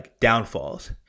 downfalls